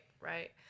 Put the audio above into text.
right